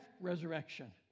resurrection